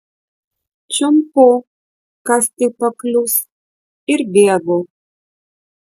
čiumpu kas tik paklius ir bėgu